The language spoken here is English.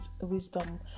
wisdom